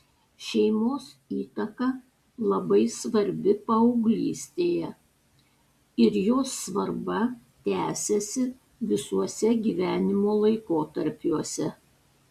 šeimos įtaka labai svarbi paauglystėje ir jos svarba tęsiasi visuose gyvenimo laikotarpiuose